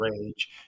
rage